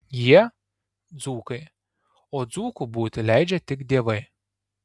jie dzūkai o dzūku būti leidžia tik dievai